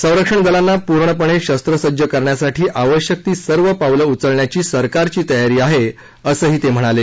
संरक्षण दलांना पूर्णपणे शस्त्रसज्ज करण्यासाठी आवश्यक ती सर्व पावलं उचलण्याची सरकारची तयारी आहे असंही ते म्हणाले